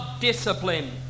discipline